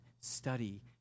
study